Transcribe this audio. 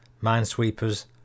minesweepers